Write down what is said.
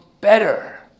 better